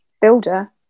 builder